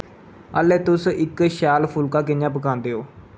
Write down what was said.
आह्ले तुस इक शैल फुल्का कि'यां पकांदे ओ